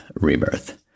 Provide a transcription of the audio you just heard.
rebirth